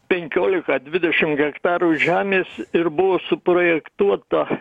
penkiolika dvidešimt hektarų žemės ir buvo suprojektuota